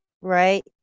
right